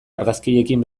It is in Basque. argazkiekin